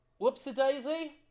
Whoopsie-daisy